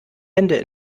hände